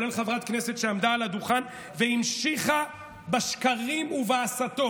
כולל חברת כנסת שעמדה על הדוכן והמשיכה בשקרים ובהסתות